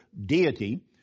deity